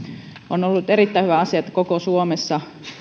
on ollut erittäin hyvä asia kun suomessa